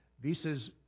Visas